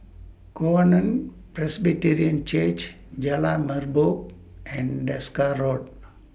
Covenant Presbyterian Church Jalan Merbok and Desker Road